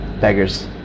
beggars